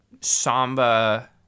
samba